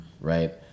right